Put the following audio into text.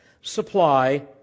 supply